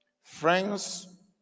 friends